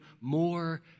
more